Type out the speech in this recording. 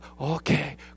okay